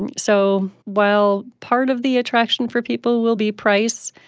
and so while part of the attraction for people will be price,